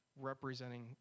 representing